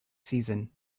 season